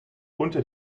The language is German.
unter